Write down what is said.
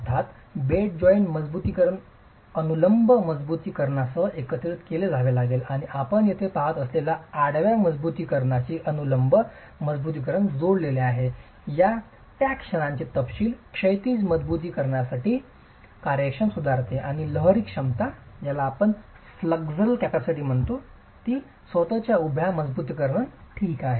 अर्थात bed joint मजबुतीकरण अनुलंब मजबुतीकरणासह एकत्रित केले जावे लागेल आणि आपण येथे पहात असलेल्या आडव्या मजबुतीकरणाशी अनुलंब मजबुतीकरण जोडलेले आहे त्या क्षणाचे तपशील क्षैतिज मजबुतीकरणची कार्यक्षमता सुधारते लहरी क्षमता स्वतःच उभ्या मजबुतीकरण ठीक आहे